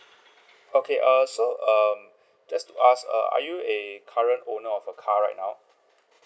okay uh so um just to ask uh are you a current owner of a car right now